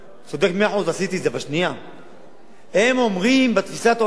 הם אומרים שתפיסת העולם,